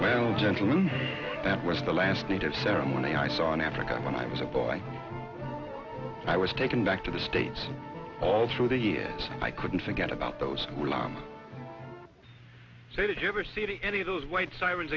well gentlemen that was the last native ceremony i saw in africa when i was a boy i was taken back to the states all through the years i couldn't forget about those say did you ever see any of those white sirens